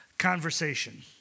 conversation